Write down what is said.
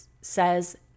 says